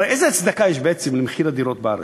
הרי איזו הצדקה יש בעצם למחיר הדירות בארץ?